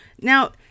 now